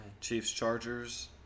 Chiefs-Chargers